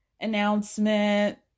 announcement